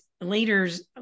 leaders